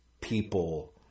people